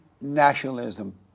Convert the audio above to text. nationalism